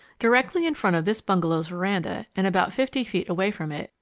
directly in front of this bungalow's veranda, and about fifty feet away from it,